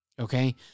okay